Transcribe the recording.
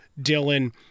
Dylan